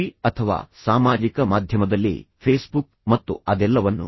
TV ಅಥವಾ ಸಾಮಾಜಿಕ ಮಾಧ್ಯಮದಲ್ಲಿ ಫೇಸ್ಬುಕ್ ಮತ್ತು ಅದೆಲ್ಲವನ್ನೂ